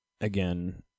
again